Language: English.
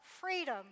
freedom